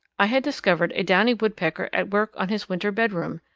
i had discovered a downy woodpecker at work on his winter bedroom,